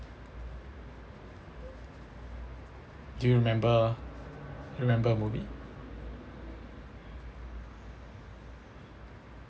do you remember remember a movie